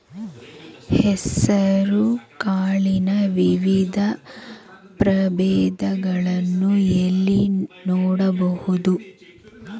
ಹೆಸರು ಕಾಳಿನ ವಿವಿಧ ಪ್ರಭೇದಗಳನ್ನು ಎಲ್ಲಿ ನೋಡಬಹುದು?